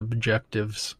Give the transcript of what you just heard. objectives